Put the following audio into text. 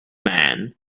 man